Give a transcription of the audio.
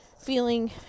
feeling